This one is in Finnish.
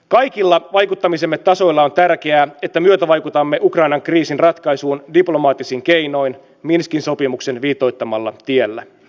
kaikilla vaikuttamisemme tasoilla on tärkeää että myötävaikutamme ukrainan kriisin ratkaisuun diplomaattisin keinoin minskin sopimuksen viitoittamalla tiellä